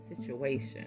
situation